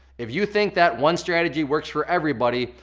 if you think that one strategy works for everybody,